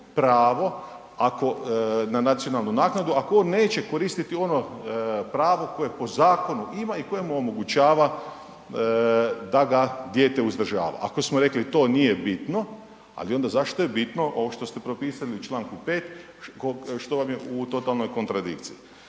ako, na nacionalnu naknadu, ako on neće koristiti ono pravo koje po zakonu ima i koje mu omogućava da ga dijete uzdržava. Ako smo rekli to nije bitno, ali zašto je bitno ovo što ste propisali u čl. 5. što vam je u totalnoj kontradikciji?